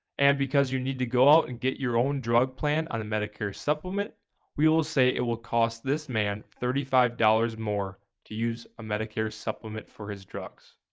and because you need to go out and get your own drug plan on a medicare supplement we will say it will cost this man thirty five dollars more to use a medicare supplement for his drugs.